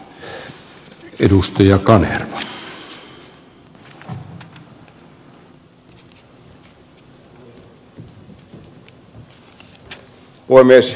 oinonen kyytiä kun ed